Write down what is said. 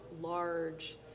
large